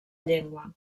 llengua